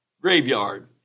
graveyard